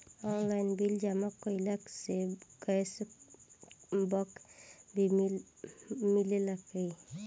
Online bill जमा कईला से कैश बक भी मिलेला की?